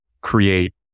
create